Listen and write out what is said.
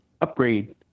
upgrade